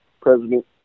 President